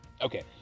Okay